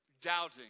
doubting